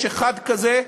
יש אחד כזה.